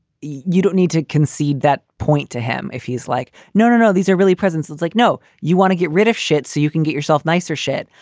you don't need to concede that point to him if he's like, no, no, no. these are really presences. like, no, you want to get rid of shit so you can get yourself nicer shit.